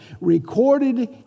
Recorded